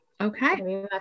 Okay